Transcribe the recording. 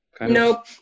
Nope